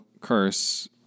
curse